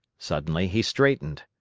suddenly he straightened.